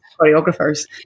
Choreographers